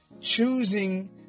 Choosing